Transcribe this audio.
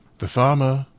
the farmer,